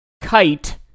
kite